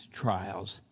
trials